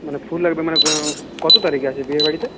মানে ফুল লাগবে মানে কত তারিখে আছে বিয়েবাড়িটা